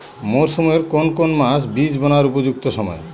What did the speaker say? মরসুমের কোন কোন মাস বীজ বোনার উপযুক্ত সময়?